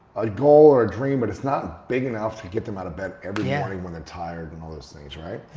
a goal or a dream but it's not big enough to get them out of bed every yeah morning when they're tired and all those things, right?